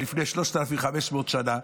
מלפני 3,500 שנה,